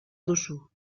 duzu